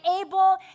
able